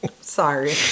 Sorry